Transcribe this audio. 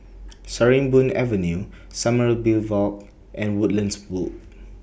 Sarimbun Avenue Sommerville Walk and Woodlands Loop